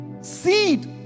seed